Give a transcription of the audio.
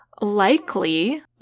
Likely